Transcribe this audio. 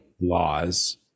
laws